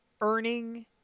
earning